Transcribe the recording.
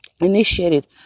initiated